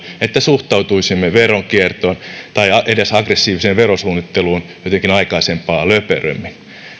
että suhtautuisimme veronkiertoon tai edes aggressiiviseen verosuunnitteluun jotenkin aikaisempaa löperömmin